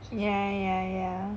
yeah yeah yeah